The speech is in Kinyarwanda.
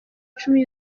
icumi